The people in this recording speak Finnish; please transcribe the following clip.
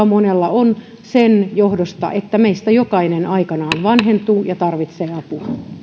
monella on sen johdosta että meistä jokainen aikanaan vanhentuu ja tarvitsee apua